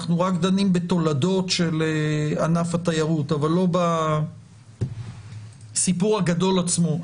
אנחנו רק דנים בתולדות של ענף התיירות אבל לא בסיפור הגדול עצמו.